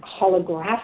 holographic